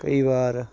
ਕਈ ਵਾਰ